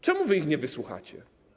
Czemu wy ich nie wysłuchacie?